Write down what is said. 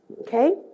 Okay